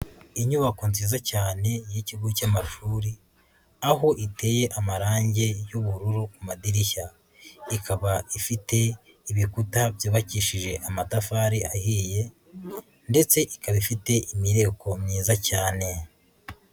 Inyubako nziza cyane y'ikigo cy'amashuri, aho iteye amarangi y'ubururu mu madirishya, ikaba ifite ibikuta byubakishije amatafari ahiye ndetse ikaba ifite imireko myiza cyane.